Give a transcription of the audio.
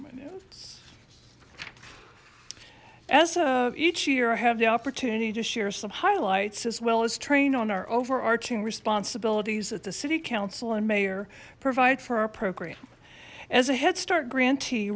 as of each year have the opportunity to share some highlights as well as train on our overarching responsibilities at the city council and mayor provide for our program as a headstart grant